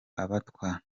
abatwa